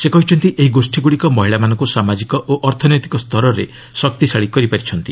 ସେ କହିଛନ୍ତି ଏହି ଗୋଷୀଗ୍ରଡ଼ିକ ମହିଳାମାନଙ୍କୁ ସାମାଜିକ ଓ ଅର୍ଥନୈତିକ ସ୍ତରରେ ଶକ୍ତିଶାଳୀ କରିପାରିଛନ୍ତି